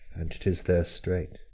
and tis there straight.